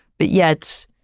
but yet,